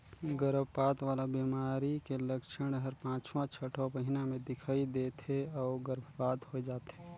गरभपात वाला बेमारी के लक्छन हर पांचवां छठवां महीना में दिखई दे थे अउ गर्भपात होय जाथे